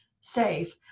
safe